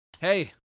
Hey